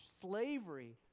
slavery